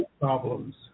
problems